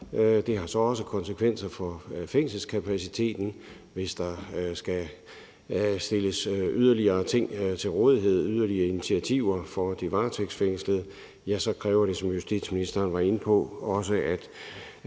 Det har så også konsekvenser for fængselskapaciteten. Hvis der skal stilles yderligere ting til rådighed og tages yderligere initiativer for de varetægtsfængslede, kræver det, som justitsministeren var inde på, også, at